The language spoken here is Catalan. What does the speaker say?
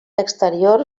exterior